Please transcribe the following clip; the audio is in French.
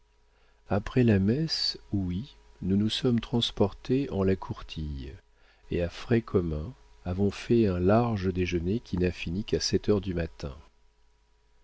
après la messe ouïe nous nous sommes transportés en la courtille et à frais communs avons fait un large déjeuner qui n'a fini qu'à sept heures du matin